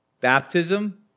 baptism